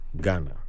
Ghana